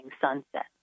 sunset